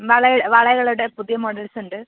വള വളകളുടെ പുതിയ മോഡൽസുണ്ട്